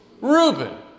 Reuben